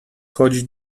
chodzić